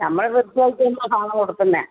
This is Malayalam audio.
നമ്മൾ വൃത്തിയായിട്ട് തന്നെയാണ് സാധനം കൊടുക്കുന്നത്